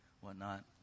whatnot